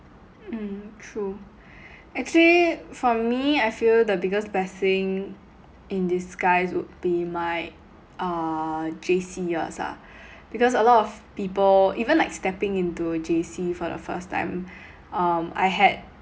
mm true actually for me I feel the biggest blessing in disguise would be my uh J_C years ah because a lot of people even like stepping into J_C for the first time um I had